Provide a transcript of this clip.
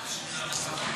2016,